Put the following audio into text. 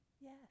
Yes